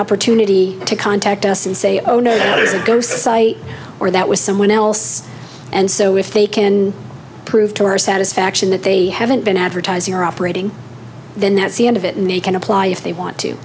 opportunity to contact us and say oh no that is a ghost site or that was someone else and so if they can prove to our satisfaction that they haven't been advertising or operating then that's the end of it and they can apply if they want to